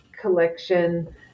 collection